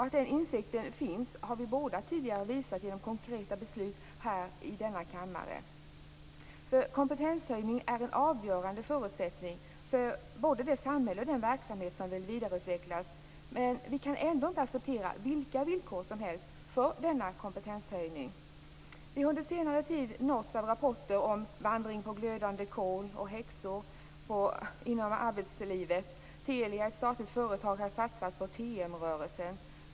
Att den insikten finns har vi båda tidigare visat genom konkreta beslut i denna kammare. Kompetenshöjning är en avgörande förutsättning för både det samhälle och den verksamhet som skall vidareutvecklas. Men vi kan ändå inte acceptera vilka villkor som helst för denna kompetenshöjning. Vi har under senare tid nåtts av rapporter om vandring på glödande kol och häxor inom arbetslivet. Telia, ett statligt företag, har satsat på TM-rörelsen.